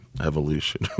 evolution